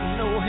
no